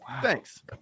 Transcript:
thanks